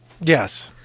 Yes